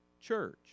church